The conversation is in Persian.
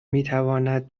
میتواند